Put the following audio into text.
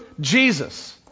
Jesus